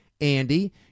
Andy